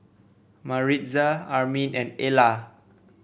Maritza Armin and Ellar